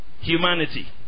humanity